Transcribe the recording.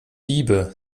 diebe